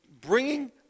bringing